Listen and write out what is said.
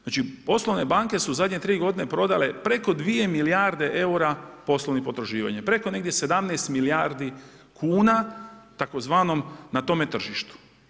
Znači osnovne banke su u zadnje 3 g. prodale preko 2 milijarde eura poslovnih potraživanja, preko negdje 17 milijardi kuna, tzv. na tome tržištu.